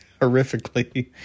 horrifically